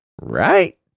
Right